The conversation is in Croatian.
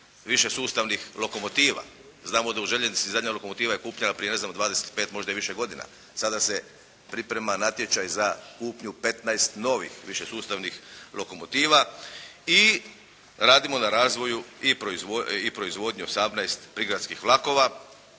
više sustavnih lokomotiva. Znamo da u željeznici zadnja lokomotiva je kupljena prije dvadeset pet možda i više godina. Sada se priprema natječaj za kupnju petnaest novih više sustavnih lokomotiva i radimo na razvoju proizvodnji osamnaest prigradskih vlakova